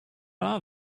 are